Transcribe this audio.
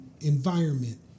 environment